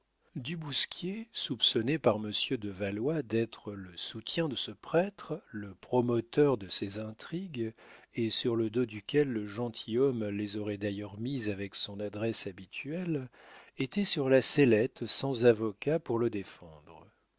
du bousquier soupçonné par monsieur de valois d'être le soutien de ce prêtre le promoteur de ces intrigues et sur le dos duquel le gentilhomme les aurait d'ailleurs mises avec son adresse habituelle était sur la sellette sans avocat pour le défendre